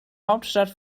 hauptstadt